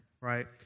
right